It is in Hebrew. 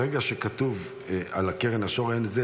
ברגע שכתוב על קרן השור "אין זה",